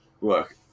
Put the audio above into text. Look